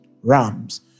rams